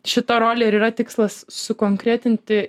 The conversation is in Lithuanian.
šita rolė ir yra tikslas sukonkretinti